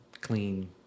clean